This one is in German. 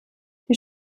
die